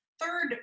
third